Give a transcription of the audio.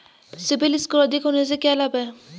CIBIL score अधिक होने से क्या लाभ हैं?